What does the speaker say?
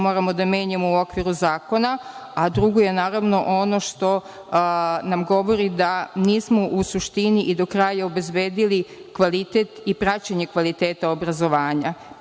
moramo da menjamo u okviru zakona, a drugo je ono što nam govori da nismo u suštini i do kraja obezbedili kvalitet i praćenje kvaliteta obrazovanja.